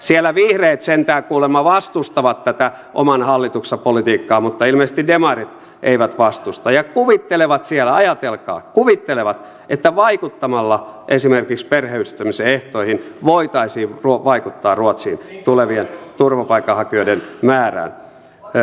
siellä vihreät sentään kuulemma vastustavat tätä oman hallituksensa politiikkaa mutta ilmeisesti demarit eivät vastusta ja kuvittelevat siellä ajatelkaa että vaikuttamalla esimerkiksi perheenyhdistämisen ehtoihin voitaisiin vaikuttaa ruotsiin tulevien turvapaikanhakijoiden määrään